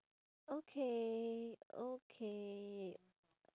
okay okay